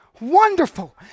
wonderful